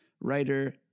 writer